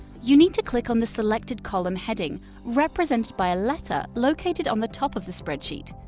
you need to click on the selected column heading represented by a letter located on the top of the spreadsheet.